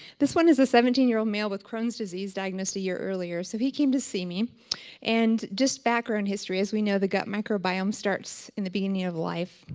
this one is a seventeen year old male with crohn's disease diagnosed a year earlier. so he came to see me and just background history, as we know the gut microbiome starts in the beginning of life.